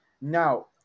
Now